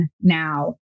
now